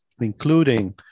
including